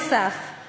נוסף על כך,